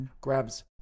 Grabs